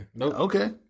Okay